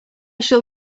shall